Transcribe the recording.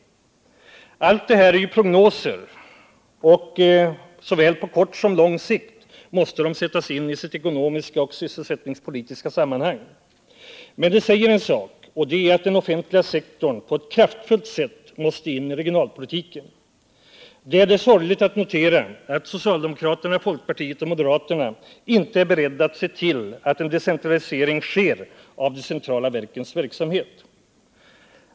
Allt det här är prognoser, och såväl på kort som på lång sikt måste de sättas in i sitt ekonomiska och sysselsättningspolitiska sammanhang. Men de säger en sak, och det är att den offentliga sektorn på ett kraftfullt sätt måste in i regionalpolitiken. Det är sorgligt att notera att socialdemokraterna, folkpartiet och moderaterna inte är beredda att se till att en decentralisering sker av de centrala verkens verksamhet.